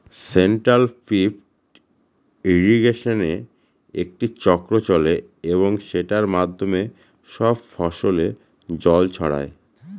central pivot ইর্রিগেশনে একটি চক্র চলে এবং সেটার মাধ্যমে সব ফসলে জল ছড়ায়